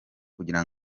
kugira